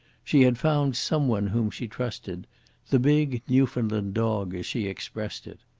she had found some one whom she trusted the big newfoundland dog, as she expressed it.